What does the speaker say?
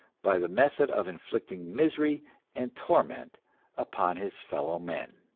by the method of inflicting misery and torment upon his fellow men.